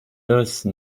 راس